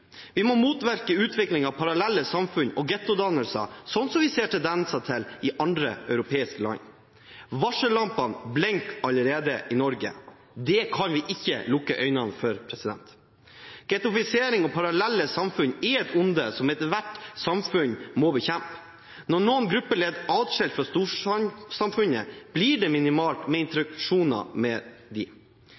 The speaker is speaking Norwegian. Vi må motvirke en utvikling av parallelle samfunn og gettodannelser, som vi ser tendenser til i andre europeiske land. Varsellampene blinker allerede i Norge. Det kan vi ikke lukke øynene for. Gettofisering og parallelle samfunn er et onde som ethvert samfunn må bekjempe. Når noen grupper lever atskilt fra storsamfunnet, blir det minimalt med